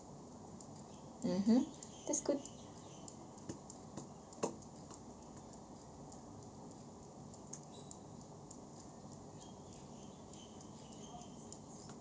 mmhmm that's good